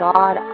God